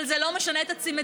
אבל זה לא משנה את המציאות,